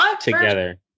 Together